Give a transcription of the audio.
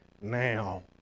now